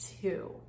two